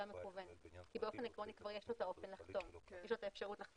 מקוונת כי באופן עקרוני כבר יש לו את האפשרות לחתום.